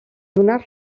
donar